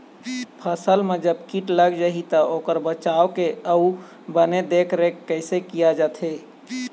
फसल मा जब कीट लग जाही ता ओकर बचाव के अउ बने देख देख रेख कैसे किया जाथे?